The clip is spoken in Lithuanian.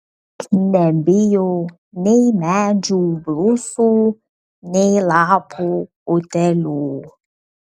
nebijo nei medžių blusų nei lapų utėlių